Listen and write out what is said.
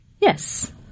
Yes